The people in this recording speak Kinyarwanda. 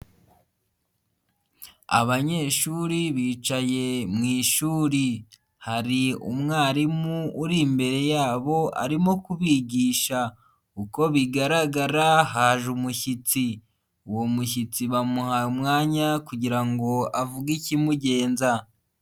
Abanyeshuri bicaye mu ishuri, hari umwarimu uri imbere yabo arimo kubigisha. Uko bigaragara haje umushyitsi, uwo mushyitsi bamuhaye umwanya kugira ngo avuge ikimugenza.